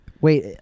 Wait